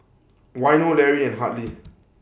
Waino Lary and Hartley